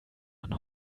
man